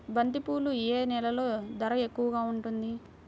బంతిపూలు ఏ నెలలో ధర ఎక్కువగా ఉంటుంది?